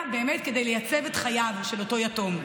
באמת כדי לייצב את חייו של אותו יתום,